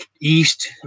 east